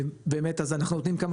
באמת, אז אנחנו יודעים כמה